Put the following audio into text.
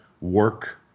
work